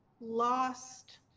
lost